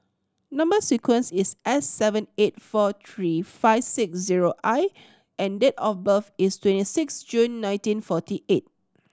number sequence is S seven eight four three five six zero I and date of birth is twenty six June nineteen forty eight